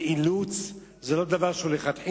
זה אילוץ, זה לא דבר שהוא לכתחילה,